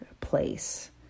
place